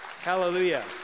Hallelujah